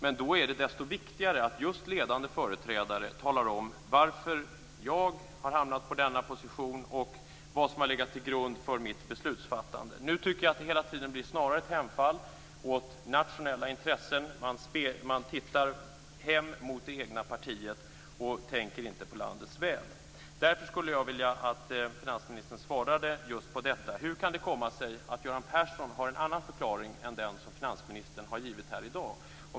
Men då är det desto viktigare att ledande företrädare talar om varför de själva har hamnat på sin position i frågan och vad som har legat till grund för deras beslutsfattande. Nu blir det hela tiden snarare ett hemfall åt egna intressen. Man tittar hem mot det egna partiet och tänker inte på landets väl. Hur kan det komma sig att Göran Persson har en annan förklaring än den som finansministern har givit här i dag?